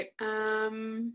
right